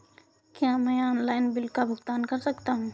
क्या मैं online bill का भुगतान कर सकता हूँ?